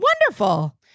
Wonderful